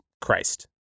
Christ